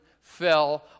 fell